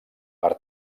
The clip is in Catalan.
per